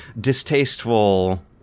distasteful